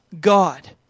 God